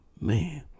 man